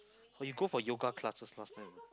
orh you go for yoga classes last time